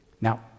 Now